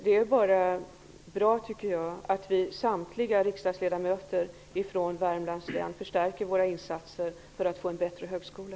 Det är bra, tycker jag, att alla vi riksdagsledamöter från Värmlands län förstärker våra insatser för att få en bättre högskola.